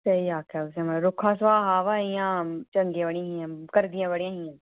स्हेई आखेआ मड़ो तुसें रुक्खा स्भाऽ हा वा इ'यां चंगियां बड़ियां हियां करदियां बड़ियां हियां